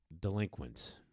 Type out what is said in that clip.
delinquents